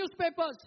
newspapers